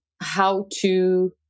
how-to